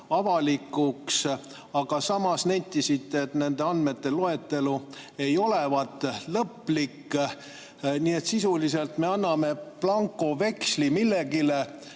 avalikuks, aga samas nentisite, et nende andmete loetelu ei olevat lõplik. Nii et sisuliselt me anname blankoveksli millelegi,